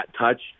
touch